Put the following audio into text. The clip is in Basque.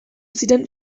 ziren